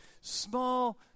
small